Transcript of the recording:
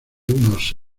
unos